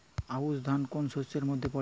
আউশ ধান কোন শস্যের মধ্যে পড়ে?